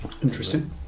Interesting